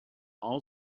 all